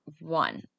one